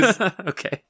Okay